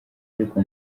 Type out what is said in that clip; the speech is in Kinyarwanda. ariko